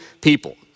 people